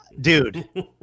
dude